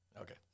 Okay